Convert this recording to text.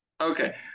Okay